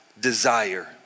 desire